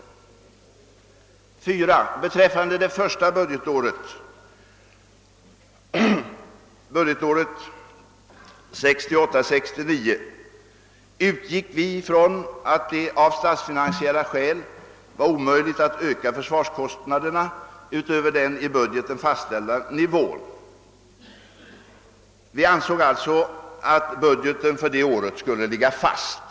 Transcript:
För det fjärde utgick vi beträffande det första budgetåret, 1968/ 69, från att det av statsfinansiella skäl var omöjligt att öka försvarskostnaderna utöver den i budgeten fastställda nivån. Vi ansåg alltså att budgeten för detta år skulle ligga fast.